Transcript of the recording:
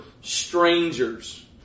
strangers